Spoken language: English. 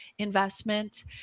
investment